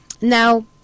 Now